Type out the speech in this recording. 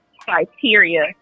criteria